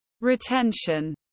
retention